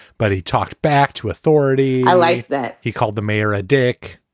but he talked back to authority i liked that he called the mayor a dick.